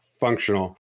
functional